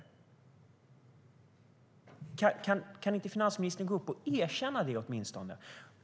Kan inte finansministern gå upp och erkänna det, åtminstone?